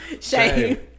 Shame